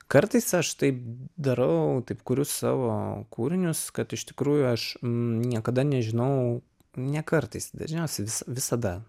kartais aš taip darau taip kuriu savo kūrinius kad iš tikrųjų aš niekada nežinau ne kartais dažniausiai vis visada